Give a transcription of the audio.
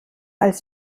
als